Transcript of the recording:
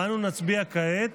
ואנו נצביע כעת